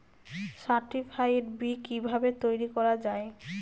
Certified বি কিভাবে তৈরি করা যায়?